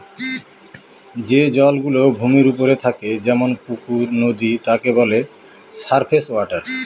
যে জল গুলো ভূমির ওপরে থাকে যেমন পুকুর, নদী তাকে বলে সারফেস ওয়াটার